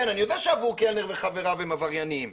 כן אני יודע שעבור קלנר וחבריו הם עבריינים,